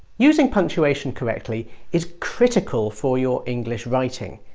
using punctuation correctly is critical for your english writing.